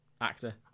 actor